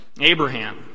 Abraham